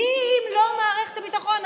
מי אם לא מערכת הביטחון,